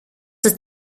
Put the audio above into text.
ist